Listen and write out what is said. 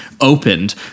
opened